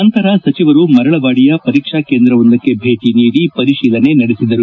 ನಂತರ ಮರಳವಾಡಿಯ ಪರೀಕ್ಷಾ ಕೇಂದ್ರವೊಂದಕ್ಕೆ ಭೇಟಿ ನೀಡಿ ಪರಿಶೀಲನೆ ನಡೆಸಿದರು